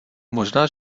možná